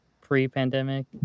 pre-pandemic